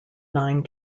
nine